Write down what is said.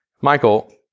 Michael